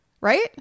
right